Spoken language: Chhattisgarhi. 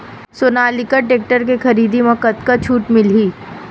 सोनालिका टेक्टर के खरीदी मा कतका छूट मीलही?